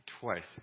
twice